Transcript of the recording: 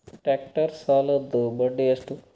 Tractor ಸಾಲದ್ದ ಬಡ್ಡಿ ಎಷ್ಟ?